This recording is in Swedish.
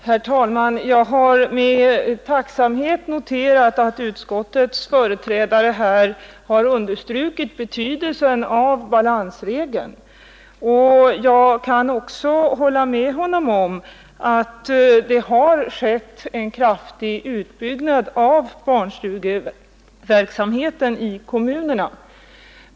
Herr talman! Jag har med tacksamhet noterat att utskottets företrädare här underströk betydelsen av balansregeln, och jag kan också hålla med honom om att det ute i kommunerna har skett en kraftig utbyggnad av barnstugeverksamheten.